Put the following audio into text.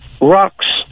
rocks